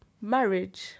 marriage